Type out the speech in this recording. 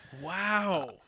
Wow